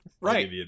right